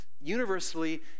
universally